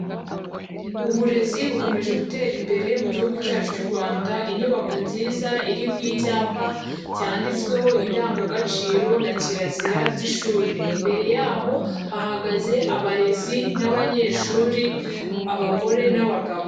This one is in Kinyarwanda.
Uburezi bukomeje gutera imbere mu gihugu cyacu cy'u Rwanda, inyubako nziza iriho icyapa cyanditsweho indangagaciro na kirazira by'ishuri. Imbere yaho hahagaze abarezi n'abanyeshuri, abagore n'abagabo.